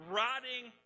rotting